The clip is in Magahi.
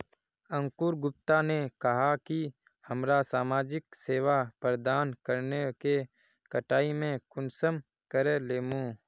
अंकूर गुप्ता ने कहाँ की हमरा समाजिक सेवा प्रदान करने के कटाई में कुंसम करे लेमु?